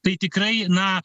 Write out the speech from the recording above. tai tikrai na